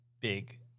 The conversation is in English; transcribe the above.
big